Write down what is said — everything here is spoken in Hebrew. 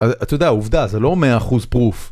אתה יודע עובדה, זה לא מאה אחוז פרוף